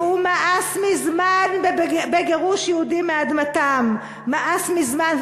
והוא מאס מזמן בגירוש יהודים מאדמתם, מאס מזמן.